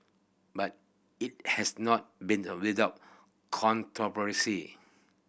but it has not been without controversy